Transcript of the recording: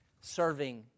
serving